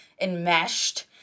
enmeshed